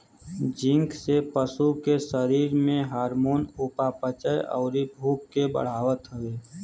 zinc से पशु के शरीर में हार्मोन, उपापचयन, अउरी भूख के बढ़ावत हवे